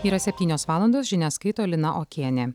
yra septynios valandos žinias skaito lina okienė